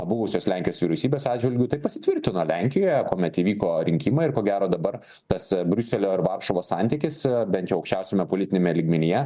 buvusios lenkijos vyriausybės atžvilgiu tai pasitvirtino lenkijoje kuomet įvyko rinkimai ir ko gero dabar tas briuselio ar varšuvos santykis bent jau aukščiausiame politiniame lygmenyje